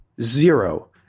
Zero